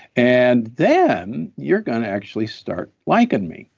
and then you're going to actually start liking me.